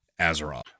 Azeroth